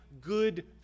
good